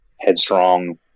headstrong